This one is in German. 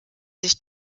sich